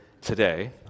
today